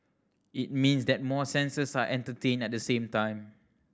it means that more senses are entertained at the same time